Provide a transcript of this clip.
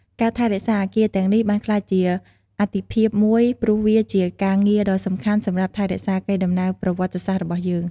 ការថែរក្សាអគារទាំងនេះបានក្លាយជាអាទិភាពមួយ ព្រោះវាជាការងារដ៏សំខាន់សម្រាប់ថែរក្សាកេរដំណែលប្រវត្តិសាស្ត្ររបស់យើង។